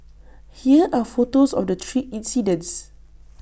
here are photos of the three incidents